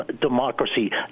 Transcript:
democracy